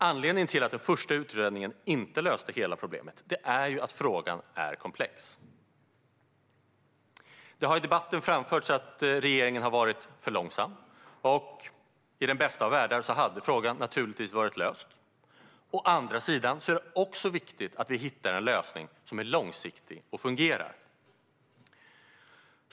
Anledningen till att den första utredningen inte löste hela problemet är ju att frågan är komplex. Det har i debatten framförts att regeringen varit för långsam. I den bästa av världar hade frågan naturligtvis varit löst. Å andra sidan är det viktigt att vi hittar en lösning som är långsiktig och fungerar.